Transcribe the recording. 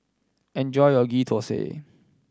enjoy your Ghee Thosai